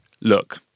look